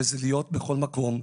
וזה להיות בכל מקום,